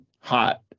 hot